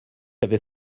avait